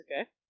okay